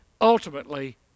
ultimately